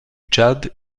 tchad